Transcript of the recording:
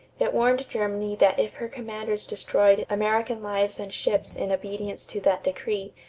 it warned germany that if her commanders destroyed american lives and ships in obedience to that decree,